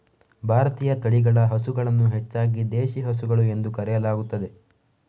ಭಾರತೀಯ ತಳಿಗಳ ಹಸುಗಳನ್ನು ಹೆಚ್ಚಾಗಿ ದೇಶಿ ಹಸುಗಳು ಎಂದು ಕರೆಯಲಾಗುತ್ತದೆ